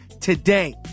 today